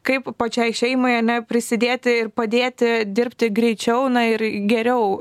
kaip pačiai šeimai ar ne prisidėti ir padėti dirbti greičiau na ir geriau